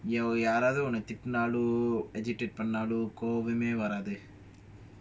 யாரவதுஉன்னதிட்னாலோ:yaravathu unna thitnalo educate பன்னாலோகோபமேவரது:pannalo kobame varathu